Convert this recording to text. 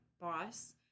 boss